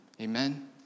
Amen